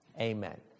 amen